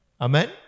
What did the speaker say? Amen